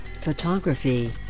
photography